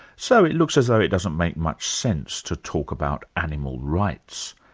so it looks as though it doesn't make much sense to talk about animal rights.